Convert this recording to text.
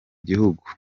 gihugu